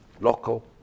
Local